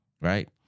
right